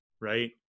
right